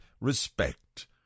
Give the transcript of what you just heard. respect